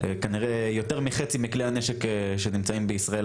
כנראה יותר מחצי מכלי הנשק החוקיים שנמצאים בישראל.